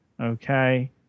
Okay